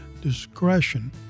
discretion